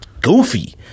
goofy